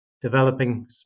developing